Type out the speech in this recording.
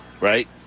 right